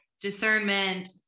discernment